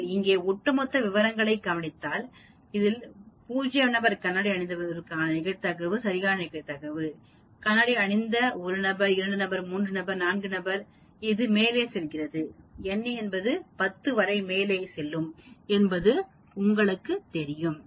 நீங்கள் இங்கே ஒட்டுமொத்த விவரங்களை கவனித்தாள் இது 0 நபர் கண்ணாடி அணிந்திருப்பதற்கான சரியான நிகழ்தகவு கண்ணாடி அணிந்த 1 நபர் 2 நபர் 3 நபர் 4 நபர்கள் இது மேலே செல்கிறது n என்பது10 வரை மேலே செல்லும் என்பது உங்களுக்கு தெரியும்